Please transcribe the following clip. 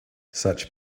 such